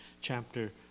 chapter